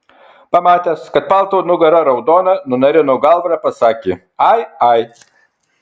pamatęs kad palto nugara raudona nunarino galvą ir pasakė ai ai